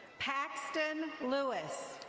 paxton lewis.